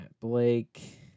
Blake